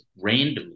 randomly